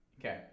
Okay